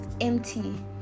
empty